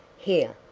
here,